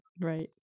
right